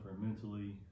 mentally